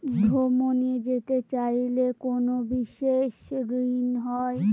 ভ্রমণে যেতে চাইলে কোনো বিশেষ ঋণ হয়?